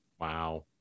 Wow